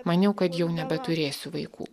maniau kad jau nebeturėsiu vaikų